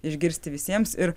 išgirsti visiems ir